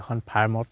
এখন ফাৰ্মত